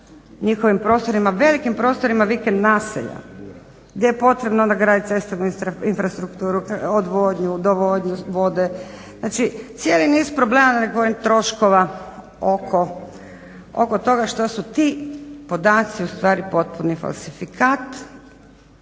njihovim prostorima velikim prostorima vikend naselja gdje je potrebno onda graditi cestovnu infrastrukturu, odvodnju, dovodnju vode, znači cijeli niz problema nekakvih troškova oko toga što su ti podaci ustvari potpuni falsifikat